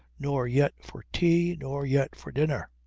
nor yet for tea, nor yet for dinner.